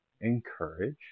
encourage